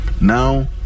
now